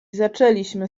zaczęliśmy